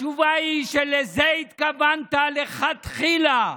התשובה היא שלזה התכוונת לכתחילה.